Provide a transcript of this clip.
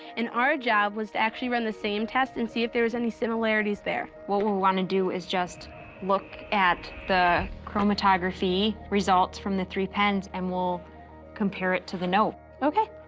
and our job was to actually run the same test and see if there was any similarities there. what we'll want to do is just look at the chromatography results from the three pens and we'll compare it to the note. okay.